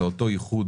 זה אותו איחוד